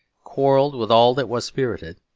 quarrelled with all that was spirited,